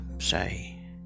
say